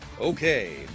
Okay